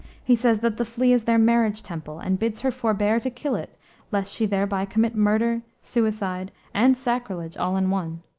he says that the flea is their marriage-temple, and bids her forbear to kill it lest she thereby commit murder suicide, and sacrilege all in one.